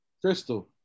Crystal